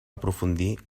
aprofundir